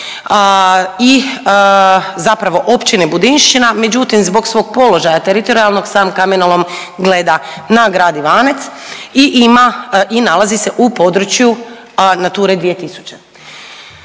i zapravo Općine Budinščina, međutim zbog svog položaja teritorijalnog samo kamenolom gleda na grad Ivanec i nalazi se u području Nature 2000.